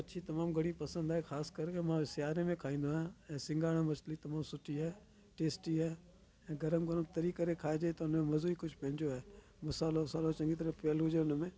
मछी तमामु घणी पसंदि आहे ख़ासि कर की मां सियारे में खाईंदो आहियां ऐं सिंगाड़ा मछली तमामु सुठी आहे टेस्टी आहे ऐं गरम गरम तरी करे खाइजे त हुन जो मज़ो ई कुझु पंहिंजो आहे मसालो वसालो चङी तरह पयलु हुजे उन में